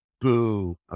Boo